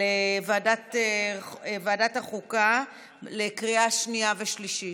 לוועדת החוקה לקריאה שנייה ושלישית,